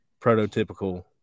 prototypical